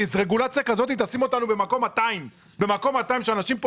רגולציה כזאת תשים אותנו במקום 200. לאנשים כאן